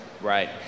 Right